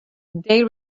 they